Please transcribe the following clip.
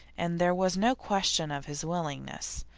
and there was no question of his willingness.